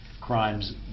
crimes